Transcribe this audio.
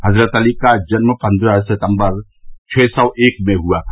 हज़रत अली का जन्म पन्द्रह सितम्बर छः सौ एक में हुआ था